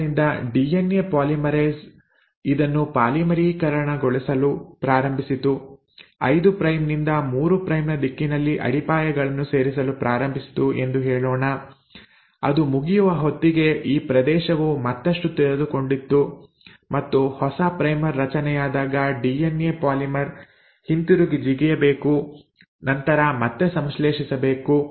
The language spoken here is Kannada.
ಆದ್ದರಿಂದ ಡಿಎನ್ಎ ಪಾಲಿಮರೇಸ್ ಇದನ್ನು ಪಾಲಿಮರೀಕರಣಗೊಳಿಸಲು ಪ್ರಾರಂಭಿಸಿತು 5 ಪ್ರೈಮ್ ನಿಂದ 3 ಪ್ರೈಮ್ ನ ದಿಕ್ಕಿನಲ್ಲಿ ಅಡಿಪಾಯಗಳನ್ನು ಸೇರಿಸಲು ಪ್ರಾರಂಭಿಸಿತು ಎಂದು ಹೇಳೋಣ ಅದು ಮುಗಿಯುವ ಹೊತ್ತಿಗೆ ಈ ಪ್ರದೇಶವು ಮತ್ತಷ್ಟು ತೆರೆದುಕೊಂಡಿತ್ತು ಮತ್ತು ಹೊಸ ಪ್ರೈಮರ್ ರಚನೆಯಾದಾಗ ಡಿಎನ್ಎ ಪಾಲಿಮರ್ ಹಿಂತಿರುಗಿ ಜಿಗಿಯಬೇಕು ನಂತರ ಮತ್ತೆ ಸಂಶ್ಲೇಷಿಸಬೇಕು